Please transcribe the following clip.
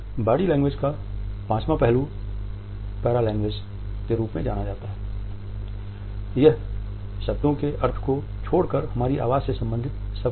body language का पांचवा पहलू पैरालेंग्वेज के रूप में जाना जाता है यह शब्दों के अर्थ को छोड़कर हमारी आवाज से संबंधित सब कुछ है